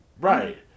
Right